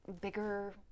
bigger